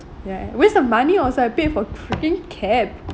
ya waste of money also I paid for freaking cab